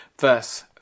verse